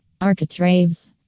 architraves